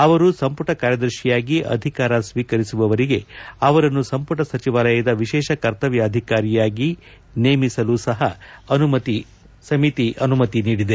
ಅವರು ಸಂಪುಟ ಕಾರ್ಯದರ್ಶಿಯಾಗಿ ಅಧಿಕಾರ ಸ್ವೀಕರಿಸುವವರಿಗೆ ಅವರನ್ನು ಸಂಪುಟ ಸಚಿವಾಲಯದ ವಿಶೇಷ ಕರ್ತವ್ಯಾಧಿಕಾರಿಯಾಗಿ ನೇಮಿಸಲೂ ಸಹ ಸಮಿತಿ ಅನುಮೋದಿಸಿದೆ